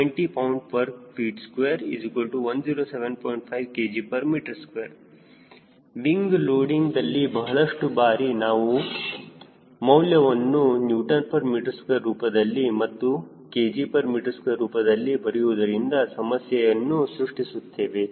5 kgm2 wing ಲೋಡಿಂಗ್ದಲ್ಲಿ ಬಹಳಷ್ಟು ಬಾರಿ ನಾವು ಮೌಲ್ಯವನ್ನು Nm2ರೂಪದಲ್ಲಿ ಮತ್ತು kgm2 ರೂಪದಲ್ಲಿ ಬರೆಯುವುದರಿಂದ ಸಮಸ್ಯೆಯನ್ನು ಸೃಷ್ಟಿಸುತ್ತೇವೆ